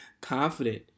confident